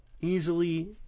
easily